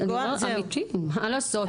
אמיתי, מה לעשות?